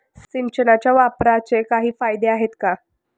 सिंचनाच्या वापराचे काही फायदे आहेत का?